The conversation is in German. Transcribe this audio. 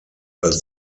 als